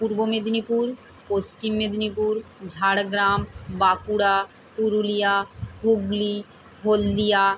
Purba Medinipur Paschim Medinipur Jhargram Bankura Purulia Hooghly Haldia